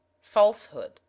falsehood